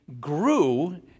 grew